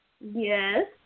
Yes